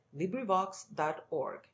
LibriVox.org